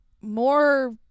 more